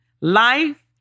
life